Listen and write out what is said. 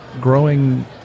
growing